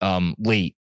late